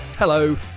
Hello